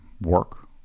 work